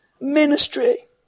ministry